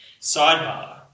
Sidebar